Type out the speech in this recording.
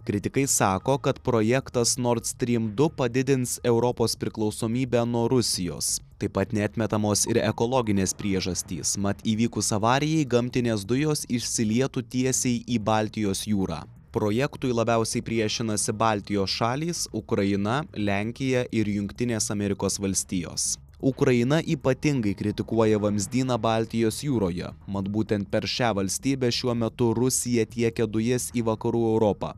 kritikai sako kad projektas nord strim du padidins europos priklausomybę nuo rusijos taip pat neatmetamos ir ekologinės priežastys mat įvykus avarijai gamtinės dujos išsilietų tiesiai į baltijos jūrą projektui labiausiai priešinasi baltijos šalys ukraina lenkija ir jungtinės amerikos valstijos ukraina ypatingai kritikuoja vamzdyną baltijos jūroje mat būtent per šią valstybę šiuo metu rusija tiekia dujas į vakarų europą